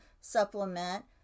Supplement